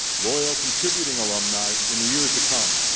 loyal contributing alumni in the years that come,